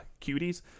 cuties